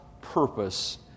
purpose